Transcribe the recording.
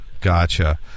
gotcha